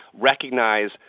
recognize